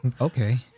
Okay